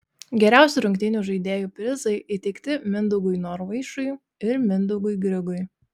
geriausių rungtynių žaidėjų prizai įteikti mindaugui norvaišui ir mindaugui grigui